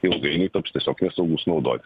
ilgainiui taps tiesiog nesaugus naudot